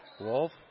Wolf